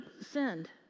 send